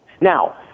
Now